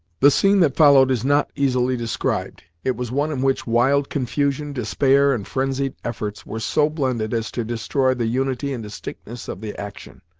the scene that followed is not easily described. it was one in which wild confusion, despair, and frenzied efforts, were so blended as to destroy the unity and distinctness of the action.